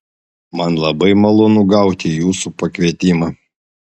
man labai malonu gauti jūsų pakvietimą